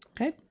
Okay